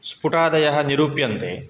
स्फुटादयः निरूप्यन्ते